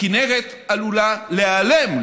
הכינרת עלולה להיעלם,